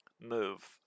move